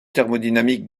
thermodynamique